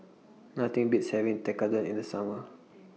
Nothing Beats having Tekkadon in The Summer